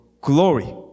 glory